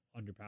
underpowered